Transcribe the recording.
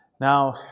Now